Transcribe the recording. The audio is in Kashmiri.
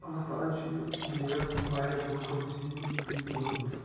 اللہ تعالیٰ ہَن چھُ یہِ دُنیا واریاہ بوٚڈ تہٕ ؤصیٖل ریٖت بَنومُت